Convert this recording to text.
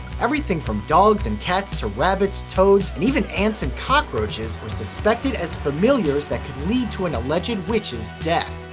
everything from dogs and cats to rabbits, toads, and even ants and cockroaches were suspected as familiars that could lead to an alleged witch's death.